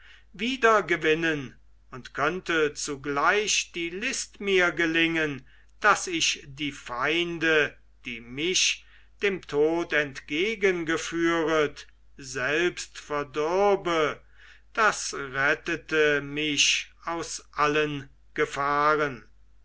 wiedergewinnen und könnte zugleich die list mir gelingen daß ich die feinde die mich dem tod entgegengeführet selbst verdürbe das rettete mich aus allen gefahren